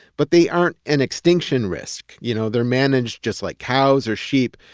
but they aren't an extinction risk. you know they're managed just like cows or sheep.